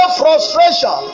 frustration